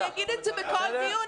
אני אגיד את זה בכל דיון,